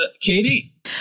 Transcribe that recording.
Katie